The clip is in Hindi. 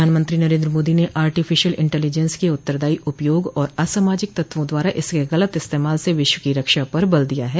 प्रधानमंत्री नरेन्द्र मोदी ने आर्टिफिशियल इंटेलिजेंस के उत्तरदायी उपयोग और असामाजिक तत्वों द्वारा इसके गलत इस्तेमाल से विश्व की रक्षा पर बल दिया है